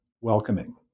welcoming